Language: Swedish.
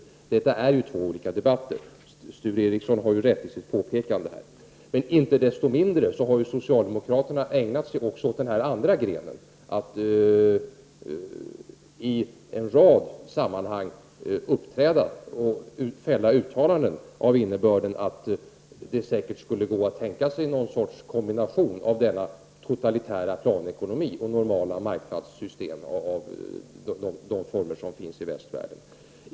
Detta är två olika debatter — Sture Ericson har rätt i sitt påpekande. Men inte desto mindre har socialdemokraterna ägnat sig åt den här andra grenen, att i en rad sammanhang fälla uttalanden av innebörden att det säkert skulle gå att tänka sig någon sorts kombination av total planekonomi och normala marknadssystem i de former som finns i västvärlden.